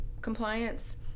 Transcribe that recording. compliance